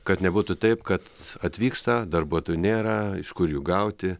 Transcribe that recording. kad nebūtų taip kad atvyksta darbuotojų nėra iš kur jų gauti